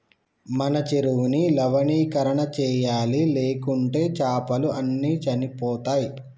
మన చెరువుని లవణీకరణ చేయాలి, లేకుంటే చాపలు అన్ని చనిపోతయ్